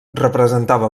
representava